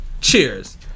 Cheers